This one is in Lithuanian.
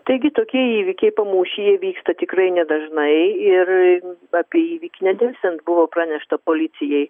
taigi tokie įvykiai pamūšyje vyksta tikrai nedažnai ir apie įvykį nedelsiant buvo pranešta policijai